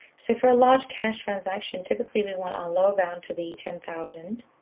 so for a large cash transaction, typically, we want our lower bound to be ten thousand,